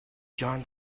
john